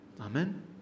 Amen